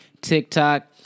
TikTok